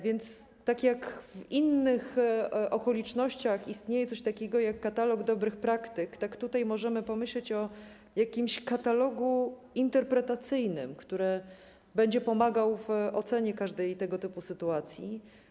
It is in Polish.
Więc, tak jak w innych okolicznościach istnieje coś takiego jak katalog dobrych praktyk, tak tutaj możemy pomyśleć o jakimś katalogu interpretacyjnym, który będzie pomagał w ocenie każdej tego typu sytuacji.